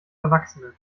erwachsene